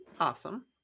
Awesome